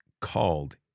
called